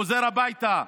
חוזר הביתה,